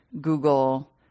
Google